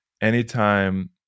anytime